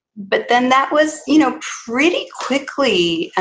but then that was you know pretty quickly ah